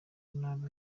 nabi